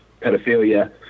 pedophilia